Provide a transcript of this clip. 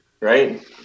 right